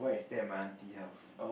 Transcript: stay at my auntie house